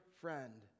friend